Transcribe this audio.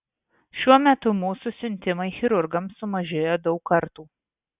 šiuo metu mūsų siuntimai chirurgams sumažėjo daug kartų